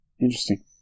Interesting